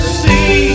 see